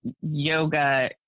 yoga